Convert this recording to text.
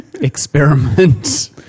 experiment